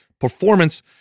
Performance